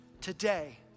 Today